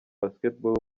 basketball